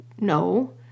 No